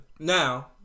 Now